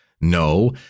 No